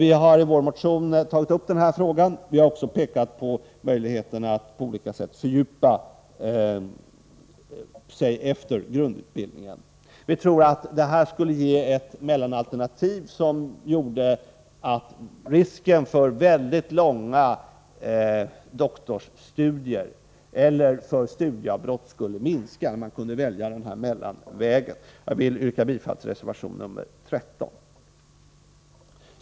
Vi har i vår motion tagit upp denna fråga, och vi har också pekat på möjligheterna att på olika områden fördjupa sig efter grundutbildningen. Vi tror att ett sådant mellanalternativ skulle minska risken för mycket långa doktorandstudier liksom också för studieavbrott. Jag vill yrka bifall till reservation nr 13.